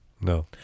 No